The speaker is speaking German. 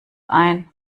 ein